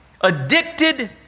Addicted